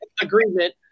agreement